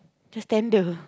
just tender